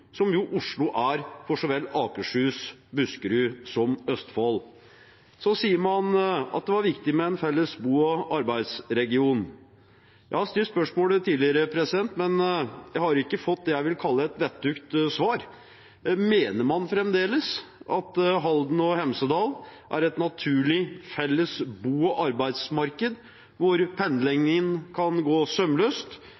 som jo Oslo er for så vel Akershus, Buskerud som Østfold? Man sier at det var viktig med en felles bo- og arbeidsregion. Jeg har stilt spørsmålet tidligere, men jeg har ikke fått det jeg vil kalle et vettugt svar. Mener man fremdeles at Halden og Hemsedal er et naturlig felles bo- og arbeidsmarked, hvor